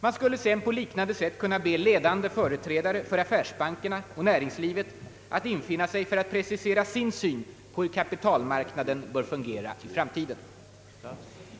Man skulle sedan på liknande sätt kunna be ledande företrädare för affärsbankerna och näringslivet att infinna sig för att precisera sin syn på hur kapitalmarknaden bör fungera i framtiden.